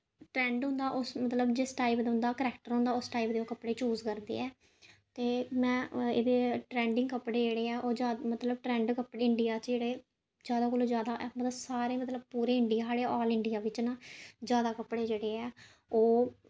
trend होंदा उस मलतब जिस टाईप दा उं'दा करैक्टर होंदा उस टाईप दे ओह् कपड़े चूज करदे ऐ ते में एह्दे टॅैंडिंग कपड़े जेह्ड़े ऐ ओह् जा मतलब ओह् ट्रैंडिग कपड़े इंडिया च जेह्ड़े जादै कोला जा जादा मतलब सारे मतलब पूरे इडियां साढ़े ऑल इंडियां बिच्च ना जादा कपड़े जेह्ड़े ऐ ओह्